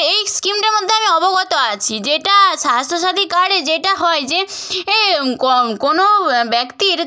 এই স্কিমটার মধ্যে আমি অবগত আছি যেটা স্বাস্থ্যসাথী কার্ডে যেটা হয় যে এ ক কোনো ব্যক্তির